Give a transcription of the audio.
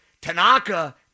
Tanaka